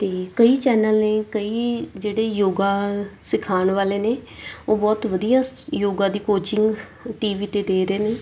ਅਤੇ ਕਈ ਚੈਨਲ ਨੇ ਕਈ ਜਿਹੜੇ ਯੋਗਾ ਸਿਖਾਉਣ ਵਾਲੇ ਨੇ ਉਹ ਬਹੁਤ ਵਧੀਆ ਯੋਗਾ ਦੀ ਕੋਚਿੰਗ ਟੀ ਵੀ 'ਤੇ ਦੇ ਰਹੇ ਨੇ